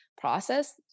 process